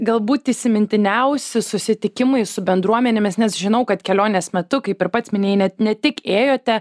galbūt įsimintiniausi susitikimai su bendruomenėmis nes žinau kad kelionės metu kaip ir pats minėjai net ne tik ėjote